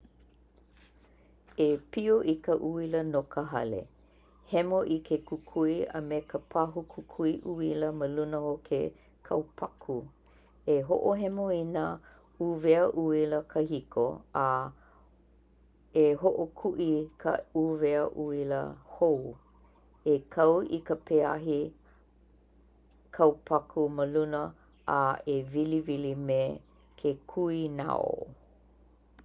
E pio i ka uila no ka hale. Hemo i ke kukui a me ka pahu kukui uila maluna o ke kaupaku. E hoʻohemo i nā uwea uila kahiko a e hoʻokuʻi ka uwea uila hou. E kau i ka peahi kaupaku ma luna a e wiliwili me ke kui nao.